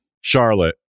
Charlotte